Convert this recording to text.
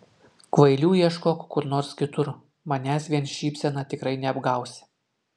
kvailių ieškok kur nors kitur manęs vien šypsena tikrai neapgausi